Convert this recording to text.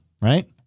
right